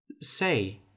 Say